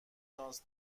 شانس